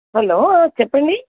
hello చెప్పండి